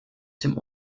dem